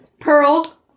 Pearl